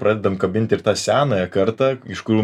pradedam kabinti ir tą senąją kartą iš kurių